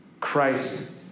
Christ